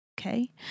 okay